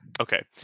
okay